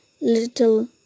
little